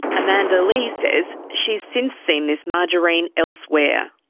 amanda lee says she's since seen this margarine elsewhere.